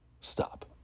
stop